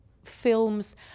films